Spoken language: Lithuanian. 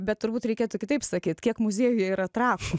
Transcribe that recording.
bet turbūt reikėtų kitaip sakyt kiek muziejuje yra trakų